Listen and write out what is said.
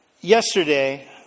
yesterday